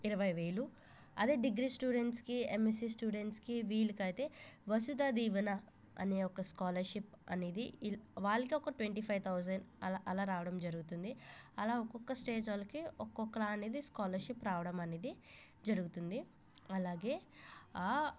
ఇరవై వేలు అదే డిగ్రీ స్టూడెంట్స్ కి యమ్ఎస్సీ స్టూడెంట్స్ కి వీళ్ళకైతే వసుధ దీవెన అనే ఒక స్కాలర్షిప్ అనేది వాళ్ళకి ఒక ట్వంటీ ఫైవ్ థౌసండ్ అలా అలా రావడం జరుగుతుంది అలాగా ఒక్కొక్క స్టేజ్ వాళ్ళకి ఒక్కొక్కలాగా అనేది స్కాలర్షిప్ రావడం అనేది జరుగుతుంది అలాగే ఆ